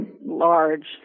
large